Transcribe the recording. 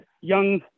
young